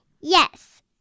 Yes